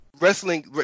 wrestling